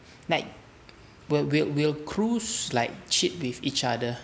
like will will will crews like cheat with each other